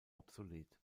obsolet